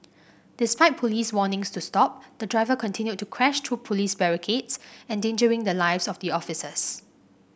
despite police warnings to stop the driver continued to crash through police barricades endangering the lives of the officers